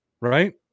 Right